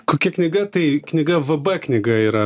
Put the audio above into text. kokia knyga tai knyga v b knyga yra